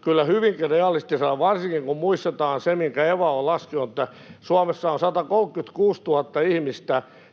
kyllä hyvinkin realistisena, varsinkin kun muistetaan se, minkä Eva on laskenut, että Suomessa on 136 000 ihmistä,